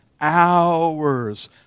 Hours